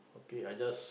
K I just